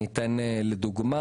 אני אתן דוגמה.